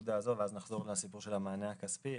הנקודה הזאת ואז נחזור לסיפור של המענה הכספי.